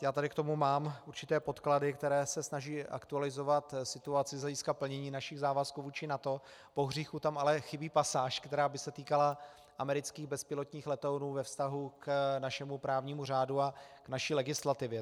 Já tady k tomu mám určité podklady, které se snaží aktualizovat situaci z hlediska plnění našich závazků vůči NATO, pohříchu tam ale chybí pasáž, která by se týkala amerických bezpilotních letounů ve vztahu k našemu právnímu řádu a naší legislativě.